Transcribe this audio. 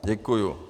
Děkuju.